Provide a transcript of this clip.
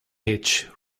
hitch